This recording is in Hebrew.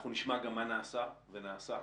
אנחנו נשמע גם מה נעשה, ונעשה.